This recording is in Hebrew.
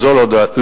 אז זו לא הדרך.